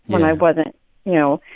when i wasn't, you know,